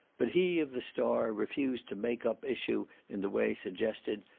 but he of the star refused to make up issue in the way suggested,